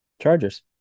Chargers